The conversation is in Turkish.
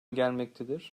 gelmektedir